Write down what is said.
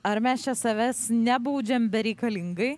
ar mes čia savęs nebaudžiam bereikalingai